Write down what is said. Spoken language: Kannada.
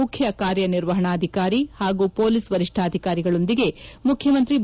ಮುಖ್ಯಕಾರ್ಯನಿರ್ವಹಣಾಧಿಕಾರಿ ಹಾಗೂ ಪೊಲೀಸ್ ವರಿಷ್ಠಾಧಿಕಾರಿಗಳೊಂದಿಗೆ ಮುಖ್ಯಮಂತ್ರಿ ಬಿ